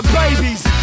babies